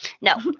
No